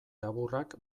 laburrak